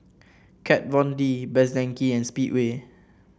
Kat Von D Best Denki and Speedway